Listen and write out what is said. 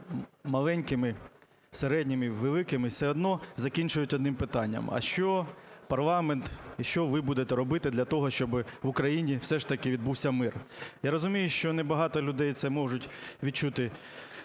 маленькими, середніми, великими, все одно закінчують одним питанням: "А що парламент і що ви будете робити для того, щоб в Україні все ж таки відбувся мир?". Я розумію, що не багато людей це можуть відчути